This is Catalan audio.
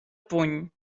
puny